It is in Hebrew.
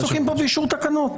אנחנו עסוקים פה באישור תקנות.